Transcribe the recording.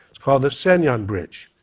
it's called the sanyuan bridge.